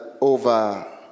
over